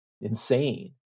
insane